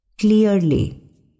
clearly